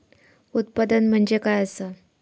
उत्पादन म्हणजे काय असा?